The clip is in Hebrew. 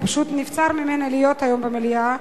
פשוט נבצר ממנה להיות היום במליאה.